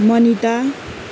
Manita